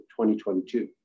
2022